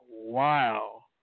wow